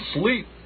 sleep